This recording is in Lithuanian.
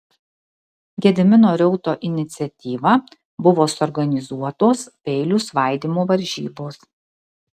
gedimino reuto iniciatyva buvo suorganizuotos peilių svaidymo varžybos